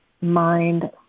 mind